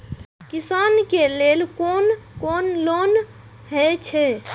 किसान के लेल कोन कोन लोन हे छे?